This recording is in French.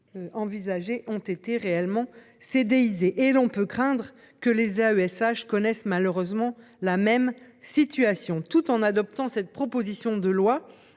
Ont été réellement c'est déguisé et l'on peut craindre que les AESH connaissent malheureusement la même situation, tout en adoptant cette proposition de loi.